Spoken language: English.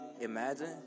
Imagine